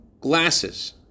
glasses